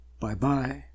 Bye-bye